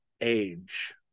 age